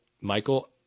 Michael